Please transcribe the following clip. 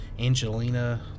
Angelina